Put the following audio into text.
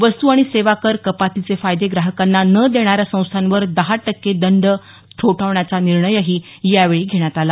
वस्तू आणि सेवा कर कपातीचे फायदे ग्राहकांना न देणाऱ्या संस्थांवर दहा टक्के दंड ठोठावण्याचा निर्णय यावेळी घेण्यात आला